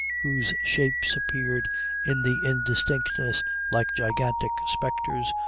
whose shapes appeared in the indistinctness like gigantic spectres,